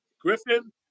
Griffin